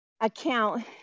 account